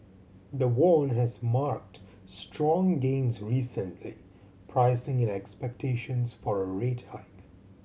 the Won has marked strong gains recently pricing in expectations for a rate hike